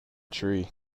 tree